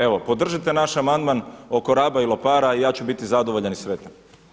Evo, podržite naš amandman oko Raba i Lopara i ja ću biti zadovoljan i sretan.